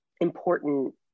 important